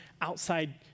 outside